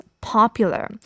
popular